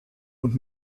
und